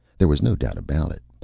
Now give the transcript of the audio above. there was no doubt about it.